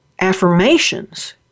affirmations